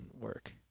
work